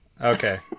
Okay